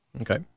Okay